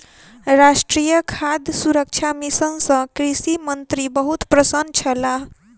राष्ट्रीय खाद्य सुरक्षा मिशन सँ कृषि मंत्री बहुत प्रसन्न छलाह